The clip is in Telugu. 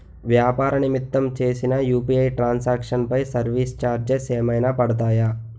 వ్యాపార నిమిత్తం చేసిన యు.పి.ఐ ట్రాన్ సాంక్షన్ పై సర్వీస్ చార్జెస్ ఏమైనా పడతాయా?